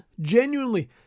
genuinely